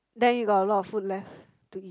then you got a lot of food left to eat